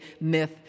myth